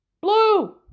blue